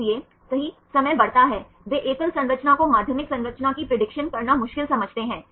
इसलिए सही समय बढ़ता है वे एकल संरचना को माध्यमिक संरचना की प्रेडिक्शन prediction भविष्यवाणी करना मुश्किल समझते हैं